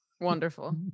Wonderful